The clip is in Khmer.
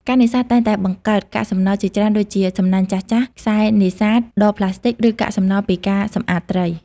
ការនេសាទតែងតែបង្កើតកាកសំណល់ជាច្រើនដូចជា សំណាញ់ចាស់ៗ ខ្សែនេសាទ ដបប្លាស្ទិក ឬកាកសំណល់ពីការសម្អាតត្រី។